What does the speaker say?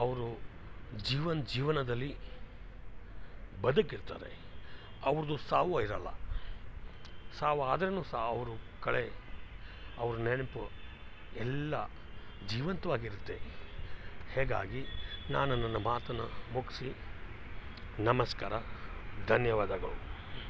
ಅವರು ಜೀವನ ಜೀವನದಲ್ಲಿ ಬದುಕಿರ್ತಾರೆ ಅವ್ರದ್ದು ಸಾವು ಇರೋಲ್ಲ ಸಾವಾದರೂ ಸ ಹ ಅವರು ಕಳೆ ಅವ್ರ ನೆನಪು ಎಲ್ಲ ಜೀವಂತವಾಗಿರುತ್ತೆ ಹೀಗಾಗಿ ನಾ ನನ್ನ ಮಾತನ್ನು ಮುಗಿಸಿ ನಮಸ್ಕಾರ ಧನ್ಯವಾದಗಳು